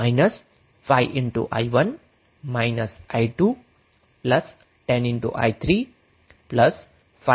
જે −5i1 i2 10i3 5i0 0 થશે